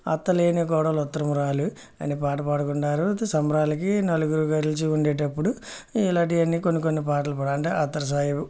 అత్తలేని కోడలు ఉత్తమురాలు అని పాట పాడుకుంటారు సంబరాలకి నలుగురు కలిసి ఉండేటప్పుడు ఇలాంటివి అన్నీ కొన్ని కొన్ని పాటలు పాడ అంటే అత్తరు సాయిబు